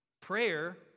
Prayer